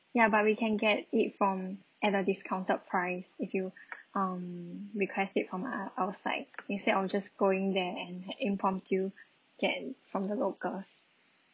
ya but we can get it from at a discounted price if you um request it from uh outside instead of just going there an impromptu get it from the locals